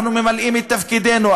אנחנו ממלאים את תפקידנו.